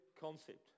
concept